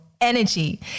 energy